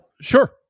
Sure